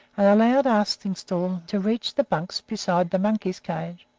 and allowed arstingstall to reach the bunks beside the monkeys' cages.